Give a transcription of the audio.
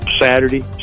Saturday